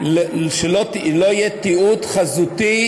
שלא יהיה תיעוד חזותי